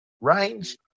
range